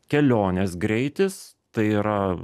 kelionės greitis tai yra